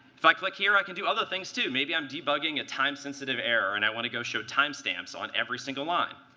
if i click here, i can do other things too. maybe i'm debugging a time-sensitive error, and i want to go show timestamps on every single line.